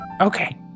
Okay